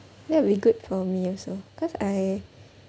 that'll be good for me also cause I